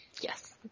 Yes